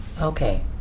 Okay